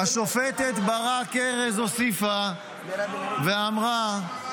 השופטת ברק-ארז הוסיפה ואמרה -- זה לא מה שהוא אמר.